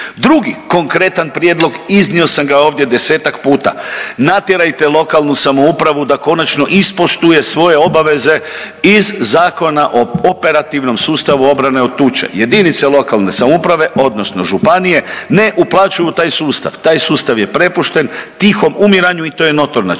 Drugi konkretna prijedlog, iznio sam ga ovdje desetak puta, natjerajte lokalnu samoupravu da konačno ispoštuje svoje obaveze iz Zakona o operativnom sustavu obrane od tuče. Jedinice lokalne samouprave odnosno županije ne uplaćuju u taj sustav. Taj sustav je prepušten tihom umiranju i to je notorna